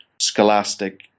scholastic